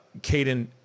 Caden